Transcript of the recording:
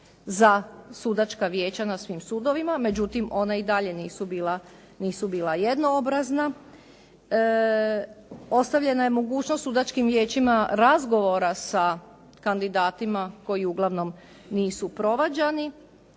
za sudačka vijeća na svim sudovima. Međutim, ona i dalje nisu bila jednoobrazna. Ostavljena je mogućnost sudačkim vijećima razgovora sa kandidatima koji uglavnom nisu provađani